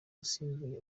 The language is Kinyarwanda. asimbuye